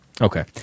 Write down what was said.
Okay